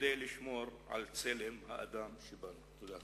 כדי לשמור על צלם האדם שבנו.